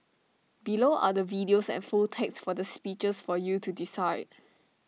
below are the videos and full text for the speeches for you to decide